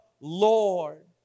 Lord